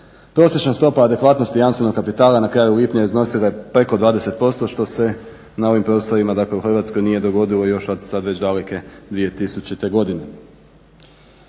Prosječna stopa adekvatnosti jamstvenog kapitala na kraju lipnja iznosila je preko 20% što se na ovim prostorima dakle u Hrvatskoj nije dogodilo još od sad već daleke 2000. godine.